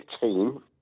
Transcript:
team